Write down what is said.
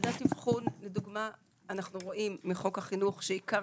ועדת אבחון אנו רואים מחוק החינוך שעיקר